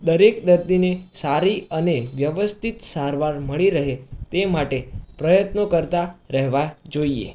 દરેક દર્દીને સારી અને વ્યવસ્થિત સારવાર મળી રહે તે માટે પ્રયત્નો કરતા રહેવા જોઈએ